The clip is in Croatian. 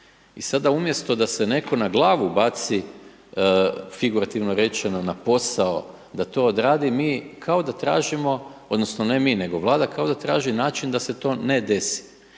i sada umjesto da se netko na glavu baci, figurativno rečeno, na posao da to odradi, mi kao da tražimo odnosno ne mi nego Vlada kao da traži način da se to ne desi.